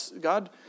God